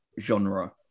genre